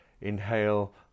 Inhale